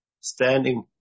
standing